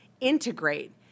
integrate